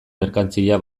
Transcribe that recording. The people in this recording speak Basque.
merkantzia